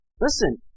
Listen